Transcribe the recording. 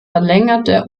verlängerte